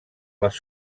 les